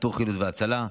איתור חילוץ והצלה,